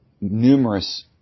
Numerous